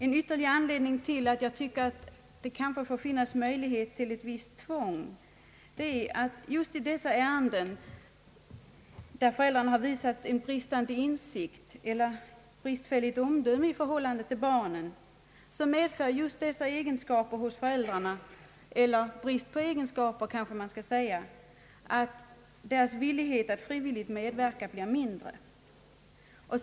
En ytterligare anledning till att jag anser att det bör finnas möjlighet till ett visst tvång är att i ärenden där föräldrar visat bristande insikt eller bristfälligt omdöme i förhållande till barnen medför just dessa egenskaper hos föräldrarna — eller brist på egenskaper kanske man skall säga — att deras villighet att frivilligt medverka blir mindre.